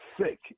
sick